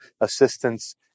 assistance